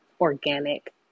organic